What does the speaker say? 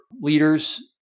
leaders